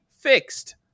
fixed